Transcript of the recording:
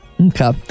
Okay